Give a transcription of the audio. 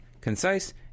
concise